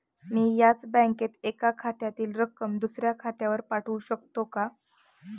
मी याच बँकेत एका खात्यातील रक्कम दुसऱ्या खात्यावर पाठवू शकते का?